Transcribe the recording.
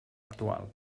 actual